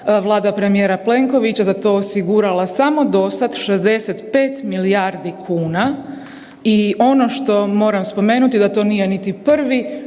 Vlada premijera Plenkovića za to osigurala samo dosad 65 milijardi kuna i ono što moram spomenuti, da to nije niti prvi